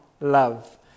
love